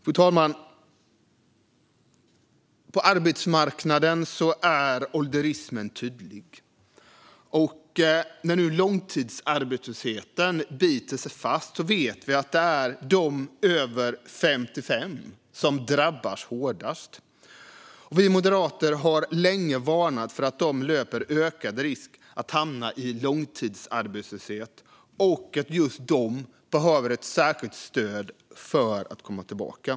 Fru talman! På arbetsmarknaden är ålderismen tydlig. När nu långtidsarbetslösheten biter sig fast vet vi att det är de över 55 som drabbas hårdast. Riksrevisionens rapport om arbets-sökande över 55 år Vi moderater har länge varnat för att de löper ökad risk att hamna i långtidsarbetslöshet och att just de behöver ett särskilt stöd för att komma tillbaka.